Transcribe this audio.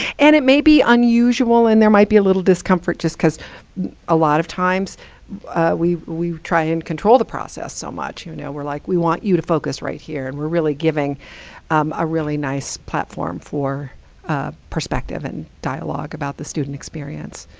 and it may be unusual, and there might be a little discomfort, just because a lot of times we we try and control the process so much. you know we're like, we want you to focus right here, and we're really giving um a really nice platform for ah perspective and dialogue about the student experience.